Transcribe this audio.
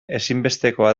ezinbestekoa